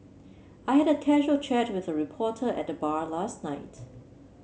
I had a casual chat with a reporter at the bar last night